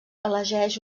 elegeix